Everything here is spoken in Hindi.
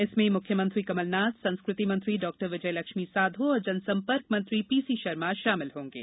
जिसमें मुख्यमंत्री कमलनाथ संस्कृति मंत्री डॉक्टर विजयलक्ष्मी साधौ और जनसम्पर्क मंत्री पीसी शर्मा शामिल होंगे